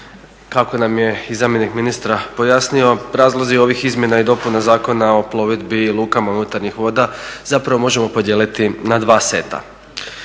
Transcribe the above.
kako nam je i zamjenik ministra pojasnio razlozi ovih izmjena i dopuna Zakona o plovidbi lukama unutarnjih voda zapravo možemo podijeliti na dva seta.